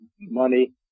money